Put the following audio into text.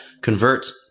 convert